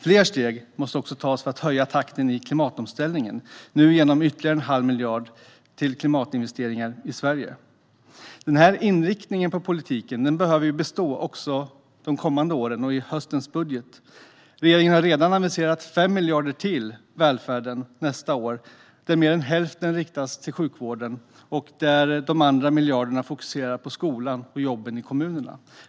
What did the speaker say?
Fler steg måste också tas för att höja takten i klimatomställningen, och det görs nu genom ytterligare en halv miljard till klimatinvesteringar i Sverige. Den här inriktningen på politiken behöver bestå också de kommande åren och i höstens budget. Regeringen har redan aviserat ytterligare 5 miljarder till välfärden nästa år där mer än hälften riktas till sjukvården och de övriga miljarderna fokuseras till skolan och jobb i kommunerna.